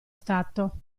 stato